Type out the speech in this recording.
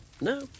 No